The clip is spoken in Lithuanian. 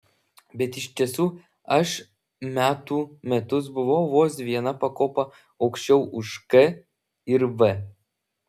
bet iš tiesų aš metų metus buvau vos viena pakopa aukščiau už k ir v